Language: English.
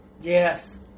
Yes